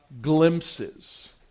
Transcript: glimpses